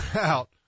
out